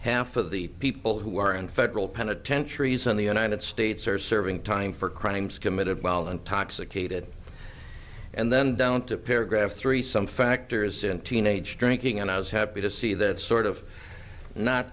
half of the people who are in federal penitentiaries in the united states are serving time for crimes committed while intoxicated and then down to paragraph three some factors in teenage drinking and i was happy to see that sort of not